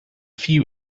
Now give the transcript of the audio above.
few